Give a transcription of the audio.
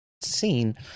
seen